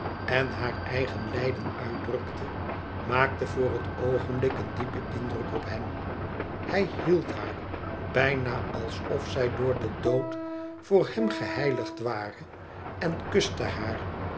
en haar eigen lijden uitdrukte maakte voor het oogenblik een diepen indruk op hem hij hield haar bijna alsof zij door den dood voor hem geheiligd ware en kuste haar